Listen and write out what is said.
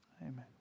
Amen